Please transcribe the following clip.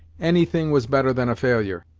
any thing was better than a failure,